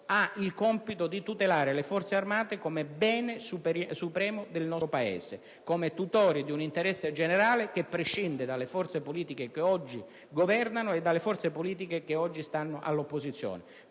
ha il compito di tutelare le Forze armate come bene supremo del nostro Paese, come tutori di un interesse generale che prescinde dalle forze politiche che oggi governano e quelle che oggi stanno all'opposizione.